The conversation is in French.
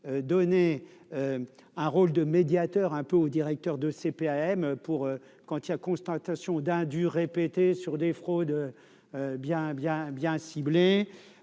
donner un rôle de médiateur un peu aux directeurs de CPAM pour quand y a constatation d'un du répétés sur des fraudes bien bien